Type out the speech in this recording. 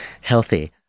healthy